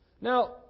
Now